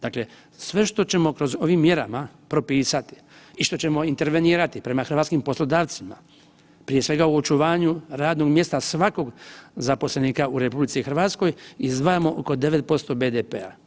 Dakle, sve što ćemo kroz ovim mjerama propisati i što ćemo intervenirati prema hrvatskim poslodavcima, prije svega u očuvanju radnog mjesta svakog zaposlenika u RH izdvajamo oko 9% BDP-a.